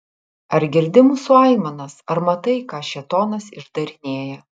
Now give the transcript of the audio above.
ar girdi mūsų aimanas ar matai ką šėtonas išdarinėja